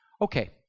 Okay